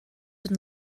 and